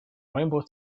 rainbow